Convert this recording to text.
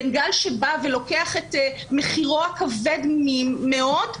בין גל שבא ולוקח את מחירו הכבד מאוד,